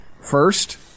first